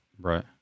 Right